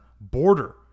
border